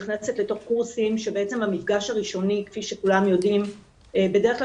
קורסים שבעצם המפגש הראשוני כפי שכולם יודעים בדרך כלל